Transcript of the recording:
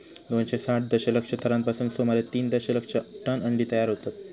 दोनशे साठ दशलक्ष थरांपासून सुमारे तीन दशलक्ष टन अंडी तयार होतत